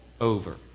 over